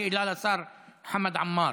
שאלה לשר חמד עמאר.